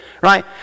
right